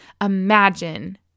imagine